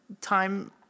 time